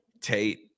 Tate